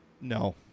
No